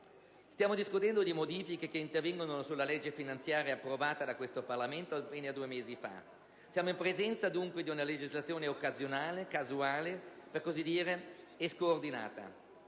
Stiamo discutendo di modifiche che intervengono sulla legge finanziaria approvata da questo Parlamento appena due mesi fa: dunque, siamo in presenza di una legislazione occasionale, casuale - per così dire - e scoordinata.